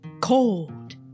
Cold